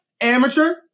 amateur